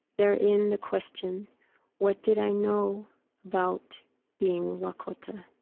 therein the question what did i know about being lakota?